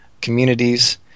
Communities